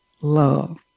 love